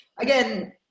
again